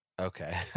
Okay